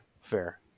Fair